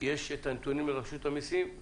יש את הנתונים לרשות המסים,